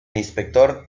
inspector